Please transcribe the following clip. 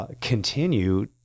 continue